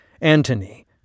Antony